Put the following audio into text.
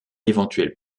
éventuel